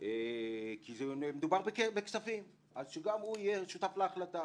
כי מדובר בכספים, אז שגם הוא יהיה שותף להחלטה.